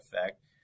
effect